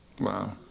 Wow